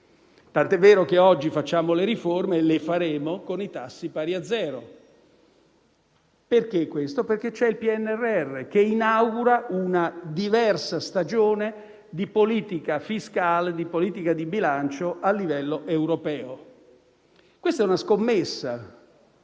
tanto è vero che oggi facciamo le riforme e le faremo con i tassi pari a zero. Perché questo? C'è il PNRR che inaugura una diversa stagione di politica fiscale, di politica di bilancio a livello europeo. Si tratta di una scommessa